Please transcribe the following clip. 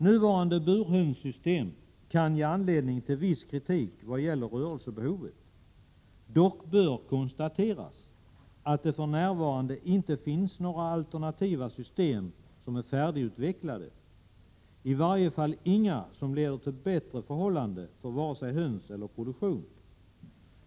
Nuvarande burhönssystem kan ge anledning till viss kritik vad gäller rörelsebehovet. Dock bör konstateras att det för närvarande inte finns några alternativa system färdigutvecklade, i varje fall inga som leder till bättre förhållande för vare sig höns eller produktion.